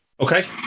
okay